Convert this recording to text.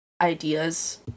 ideas